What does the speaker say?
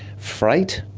freight,